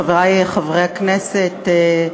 חברי חברי הכנסת,